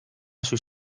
sus